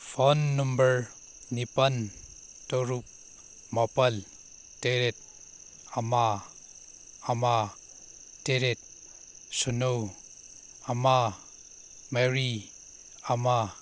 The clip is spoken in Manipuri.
ꯐꯣꯟ ꯅꯝꯕꯔ ꯅꯤꯄꯥꯜ ꯇꯔꯨꯛ ꯃꯥꯄꯜ ꯇꯔꯦꯠ ꯑꯃ ꯑꯃ ꯇꯔꯦꯠ ꯁꯤꯅꯣ ꯑꯃ ꯃꯔꯤ ꯑꯃ